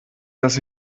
dass